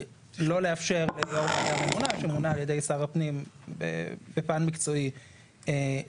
לא לאפשר ליו"ר ועדה ממונה שמונה על ידי שר הפנים בפן מקצועי להתמודד.